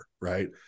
right